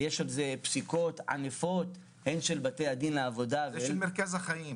יש על זה פסיקות ענפות הן של בתי הדין לעבודה והן -- זה של מרכז החיים.